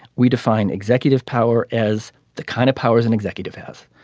we define executive power as the kind of powers an executive has.